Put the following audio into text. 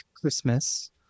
Christmas